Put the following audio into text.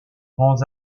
grands